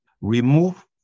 remove